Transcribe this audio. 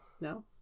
no